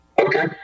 okay